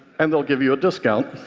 and they'll give you a discount